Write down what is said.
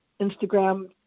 Instagram